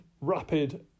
rapid